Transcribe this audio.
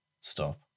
Stop